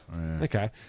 okay